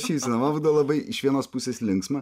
šypseną man būdavo labai iš vienos pusės linksma